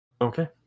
Okay